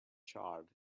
charred